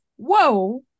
Whoa